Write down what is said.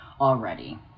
already